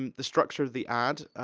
um the structure of the ad,